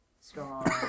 strong